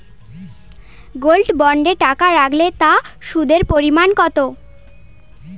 Gold বন্ডে টাকা রাখলে তা সুদের পরিমাণ কত?